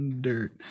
Dirt